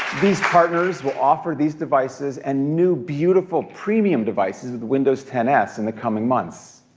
these partners will offer these devices and new, beautiful, premium devices with windows ten s in the coming months.